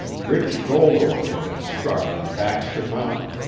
rich gold ore had been struck on baxter mountain,